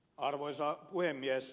arvoisa puhemies